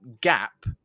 gap